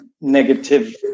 negative